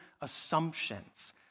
assumptions